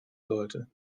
sollte